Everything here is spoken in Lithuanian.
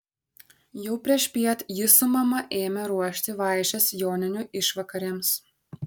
jau priešpiet ji su mama ėmė ruošti vaišes joninių išvakarėms